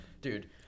dude